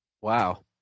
Wow